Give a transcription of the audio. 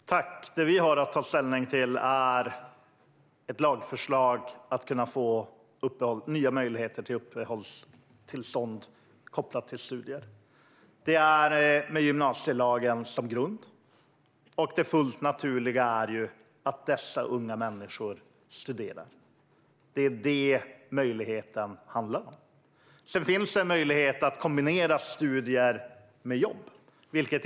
Herr talman! Det vi har att ta ställning till är ett lagförslag om att med gymnasielagen som grund kunna få nya möjligheter till uppehållstillstånd kopplat till studier. Det fullt naturliga är ju att dessa unga människor studerar. Det är det möjligheten handlar om. Sedan finns en möjlighet att kombinera studier med jobb.